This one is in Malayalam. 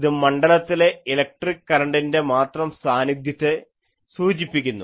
ഇത് മണ്ഡലത്തിലെ ഇലക്ട്രിക് കരണ്ടിൻറെ മാത്രം സാന്നിധ്യത്തെ സൂചിപ്പിക്കുന്നു